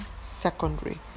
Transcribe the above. secondary